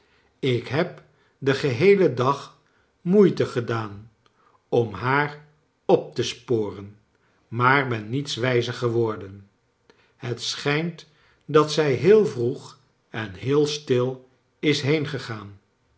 ik heb den geheelen dag moeite gedaan om haar op te sporen maar ben niets wijzer geworden het schijnt dat zij heel vroeg en heel stil is heengegaan